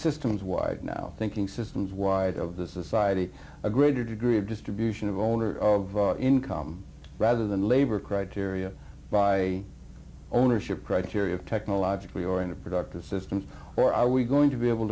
systems wide now thinking systems wide of the society a greater degree of distribution of owner of income rather than labor criteria by ownership criteria technologically or in a productive system or are we going to be able